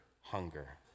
hunger